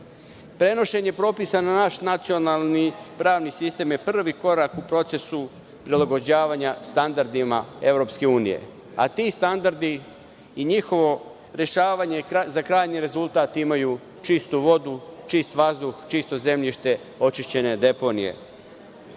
ima. Prenošenje propisa na naš nacionalni pravni sistem je prvi korak u procesu prilagođavanja standardima EU, a ti standardi i njihovo rešavanje za krajnji rezultat imaju čistu vodu, čist vazduh, čisto zemljište, očišćene deponije. Svakako